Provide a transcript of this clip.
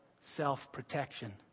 self-protection